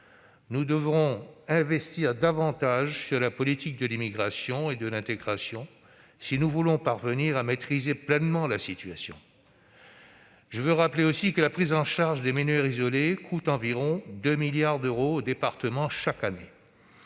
Nous devrons investir davantage dans la politique de l'immigration et de l'intégration si nous voulons parvenir à maîtriser pleinement la situation. Je veux rappeler aussi que la prise en charge des mineurs isolés coûte environ 2 milliards d'euros aux départements chaque année.